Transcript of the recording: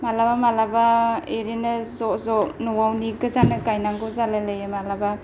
मालाबा मालाबा इदिनो ज' ज' न'आवनि गोजानो गाइनांगौ जालायलायो मालाबा